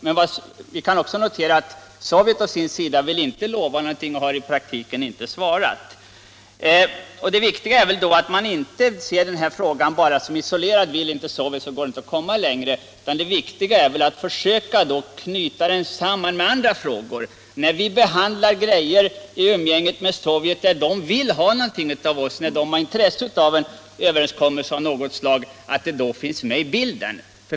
Men det kan också noteras att Sovjet å sin sida inte vill lova någonting samt att Sovjet i praktiken inte ens har svarat. Det viktiga är väl då att vi inte ser den här frågan som en isolerad företeelse och tycker, att vill inte Sovjet gå med på våra krav, så går det väl inte att komma längre. Nej, det viktiga är att vi försöker knyta denna fråga samman med andra frågor. När vi behandlar ärenden i umgänget med representanter för Sovjetunionen, där de vill ha någonting av oss och har intresse av en överenskommelse av något slag, så bör denna sak alltid finnas med i bilden.